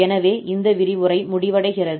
எனவே இந்த விரிவுரை முடிவடைகிறது